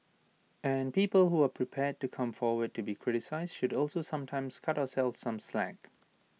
and people who are prepared to come forward to be criticised should also sometimes cut ourselves some slack